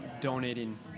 donating